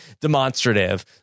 demonstrative